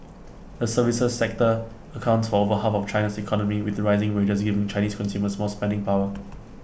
the services sector accounts for over half of China's economy with rising wages giving Chinese consumers more spending power